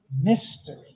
mystery